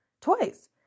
toys